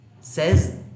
says